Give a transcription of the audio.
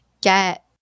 get